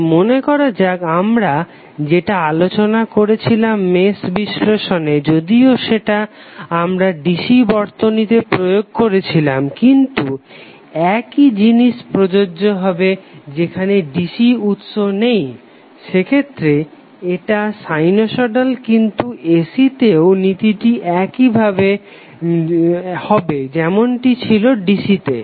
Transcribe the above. তো মনে করা যাক আমরা যেটা আলোচনা করেছিলাম মেশ বিশ্লেষণে যদিও সেটা আমরা ডিসি বর্তনীতে প্রয়োগ করেছিলাম কিন্তু একই জিনিস প্রযোজ্য হবে যেখানে ডিসি উৎস নেই এক্ষেত্রে এটা সাইনোসইডাল কিন্তু এসি তেও নীতিটি একই হবে যেমনটি ছিলো ডিসি তে